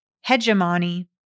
hegemony